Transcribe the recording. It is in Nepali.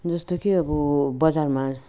जस्तो कि अब बजारमा